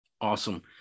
Awesome